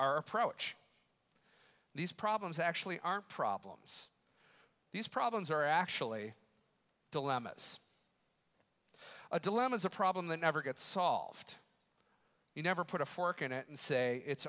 our approach these problems actually are problems these problems are actually dilemmas a dilemma is a problem that never gets solved you never put a fork in it and say it's